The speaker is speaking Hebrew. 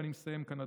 ואני מסיים כאן,